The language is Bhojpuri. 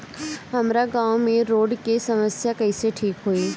हमारा गाँव मे रोड के समस्या कइसे ठीक होई?